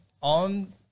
on